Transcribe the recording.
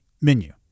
menu